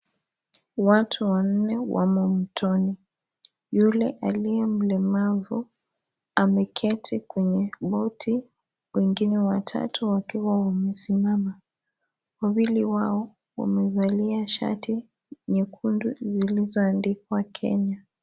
Watu wanne wamo mtoni. Yule aliye mlemavu ameketi kwenye boti, wengine watatu wakiwa wamesimama. Wawili wao, wamevalia shati nyekundu zilizoandikwa Kenya.